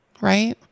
right